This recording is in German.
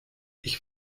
ich